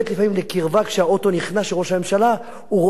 כשהאוטו של ראש הממשלה נכנס הוא רואה שיש שם משהו.